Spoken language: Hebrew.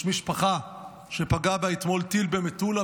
יש משפחה שפגע בה אתמול טיל במטולה,